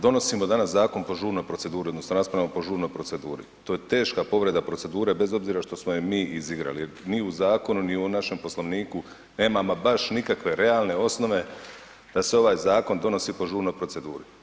Donosimo danas zakon po žurnoj proceduri odnosno raspravljamo po žurnoj proceduri, to je teška povreda procedure bez obzira što smo je mi izigrali jer ni u zakonu ni u našem Poslovniku nema ama baš nikakve realne osnove da se ovaj zakon donosi po žurnoj proceduri.